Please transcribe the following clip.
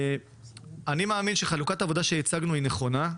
אני מאמין שחלוקת העבודה שהצגנו היא נכונה,